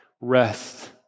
rest